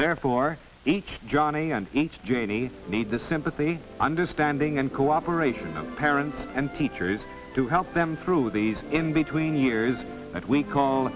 therefore each johnny and each janey need the sympathy understanding and cooperation parents and teachers to help them through these in between years that we call